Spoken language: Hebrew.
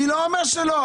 אני לא אומר שלא.